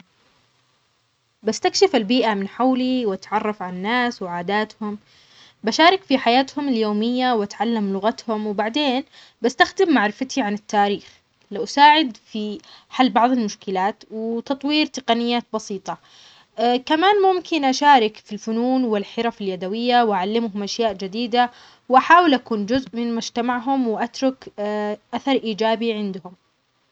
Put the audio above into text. إذا رجعت ألف عام إلى الوراء، أول شيء راح أتعلم طريقة حياة الناس في تلك الفترة وأتأقلم مع عاداتهم. بحاول أساعدهم في تحسين بعض جوانب الحياة مثل الزراعة أو الطب باستخدام معرفتي الحديثة، لكن بحذر عشان ما أغير مجرى التاريخ. وأتأكد أنني ما أتدخل في أحداث كبيرة.